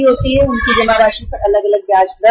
उनकी जमा राशि और ऋण पर अलग अलग ब्याज दर होती है